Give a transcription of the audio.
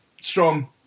Strong